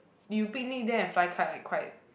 you picnic there and fly kite like quite